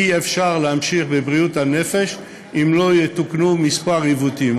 אי-אפשר להמשיך בבריאות הנפש אם לא יתוקנו כמה עיוותים.